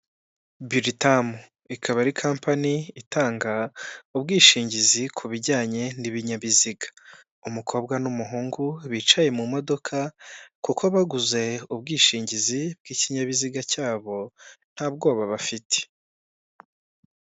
Biritamu; ikaba ari kampani itanga ubwishingizi ku bijyanye n'ibinyabiziga. Umukobwa n'umuhungu bicaye mu modoka, kuko baguze ubwishingizi bw'ikinyabiziga cyabo, nta bwoba bafite.